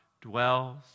dwells